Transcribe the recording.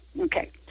Okay